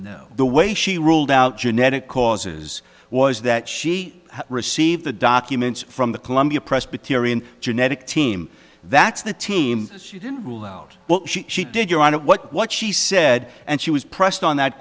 now the way she ruled out genetic causes was that she received the documents from the columbia presbyterian genetic team that's the team she didn't rule out but she did you're on what she said and she was pressed on that